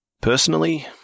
Personally